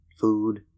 Food